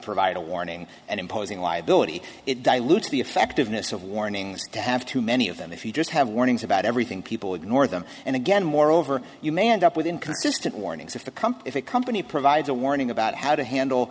provide a warning and imposing liability it dilutes the effectiveness of warnings to have too many of them if you just have warnings about everything people ignore them and again moreover you may end up with inconsistent warnings if the company is a company provides a warning about how to handle